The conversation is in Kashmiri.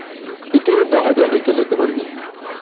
تُہۍ تھٲیوُ دَہَے دَہَے کِلوٗ تِمَن منٛز